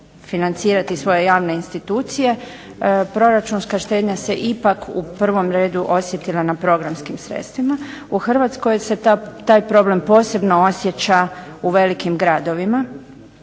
financirati svoje javne institucije proračunska štednja se ipak u prvom redu osjetila na programskim sredstvima. U Hrvatskoj se taj problem posebno osjeća u velikim gradovima